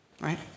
right